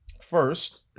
first